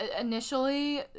initially